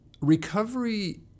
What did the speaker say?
recovery